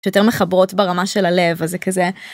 שיותר מחברות ברמה של הלב, אז זה כזה...